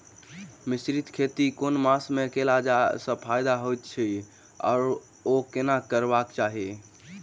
मिश्रित खेती केँ मास मे कैला सँ फायदा हएत अछि आओर केना करबाक चाहि?